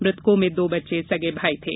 मृतकों में दो बच्चे सगे भाई थे